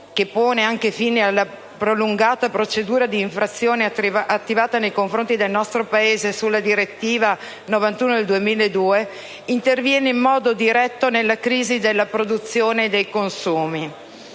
che pone fine alla prolungata procedura di infrazione attivata nei confronti dell'Italia sulla direttiva n. 91 del 2002, interviene in modo diretto nella crisi della produzione e dei consumi